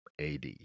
AD